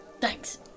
Thanks